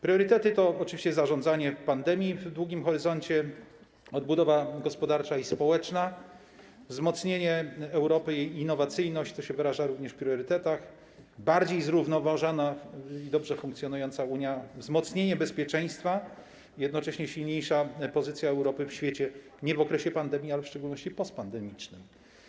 Priorytety to oczywiście zaradzenie pandemii w długim horyzoncie, odbudowa gospodarcza i społeczna, wzmocnienie Europy i innowacyjność, to się wyraża również w priorytetach, bardziej zrównoważona i dobrze funkcjonująca Unia, wzmocnienie bezpieczeństwa, jednocześnie silniejsza pozycja Europy w świecie, nie w okresie pandemii, ale w szczególności w okresie postpandemicznym.